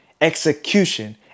execution